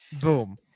Boom